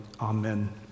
Amen